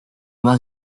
más